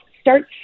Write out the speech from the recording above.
start